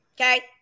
Okay